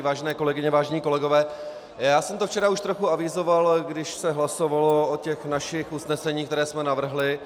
Vážené kolegyně, vážení kolegové, já jsem to včera už trochu avizoval, když se hlasovalo o těch našich usneseních, která jsme navrhli.